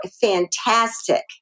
fantastic